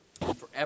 forever